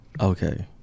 Okay